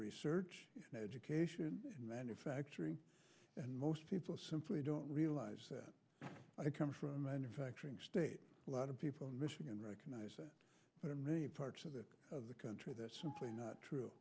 research and education in manufacturing and most people simply don't realize i come from a manufacturing state a lot of people in michigan recognize that in many parts of it of the country that's simply not true